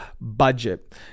budget